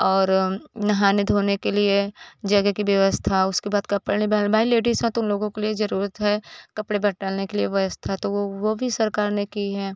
और नहाने धोने के लिए जगह की व्यवस्था उसके बाद कपड़े भाई लेडीज का तो उन लोगों के लिए ज़रूरत है कपड़े बदलने के लिए व्यवस्था तो वह वह भी सरकार ने की हैं